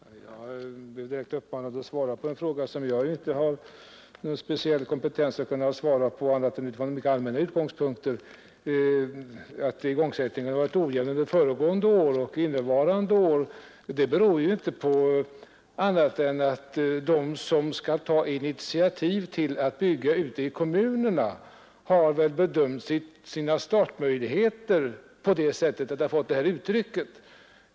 Herr talman! Jag har blivit direkt uppmanad att svara på en fråga, som jag inte har kompetens att besvara från annat än mycket allmänna utgångspunkter. Anledningen till att igångsättningen varit ojämn under föregående och innevarande år är inte någon annan än att de som skall ta initiativ till att bygga ute i kommunerna väl bedömt startmöjligheterna efter föreliggande situation.